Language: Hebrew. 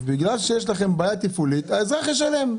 שבגלל שיש לכם בעיה תפעולית האזרח ישלם.